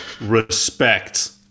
Respect